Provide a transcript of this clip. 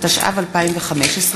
התשע"ו 2015,